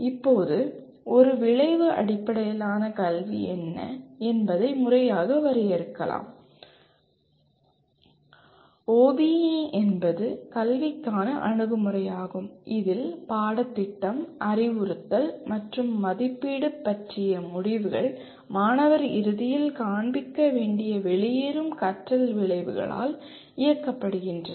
இப்போது ஒரு விளைவு அடிப்படையிலான கல்வி என்ன என்பதை முறையாக வரையறுக்கலாம் OBE என்பது கல்விக்கான அணுகுமுறையாகும் இதில் பாடத்திட்டம் அறிவுறுத்தல் மற்றும் மதிப்பீடு பற்றிய முடிவுகள் மாணவர் இறுதியில் காண்பிக்க வேண்டிய 'வெளியேறும் கற்றல் விளைவு'களால் இயக்கப்படுகின்றன